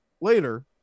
later